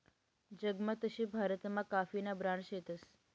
जगमा तशे भारतमा काफीना ब्रांड शेतस